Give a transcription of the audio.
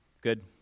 Good